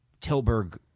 Tilburg